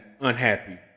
unhappy